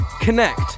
connect